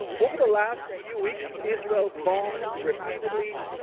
over the last few weeks, israel bombed repeatedly